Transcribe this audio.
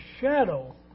shadow